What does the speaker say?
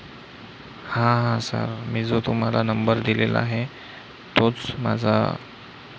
हा हां सर मी जो तुम्हाला नंबर दिलेला आहे तोच माझा